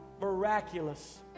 miraculous